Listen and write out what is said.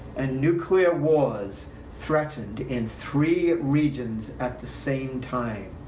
and nuclear wars threatened in three regions at the same time.